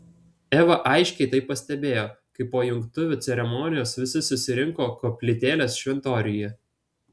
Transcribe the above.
eva aiškiai tai pastebėjo kai po jungtuvių ceremonijos visi susirinko koplytėlės šventoriuje